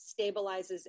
stabilizes